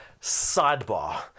Sidebar